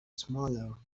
smaller